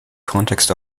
context